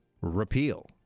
repeal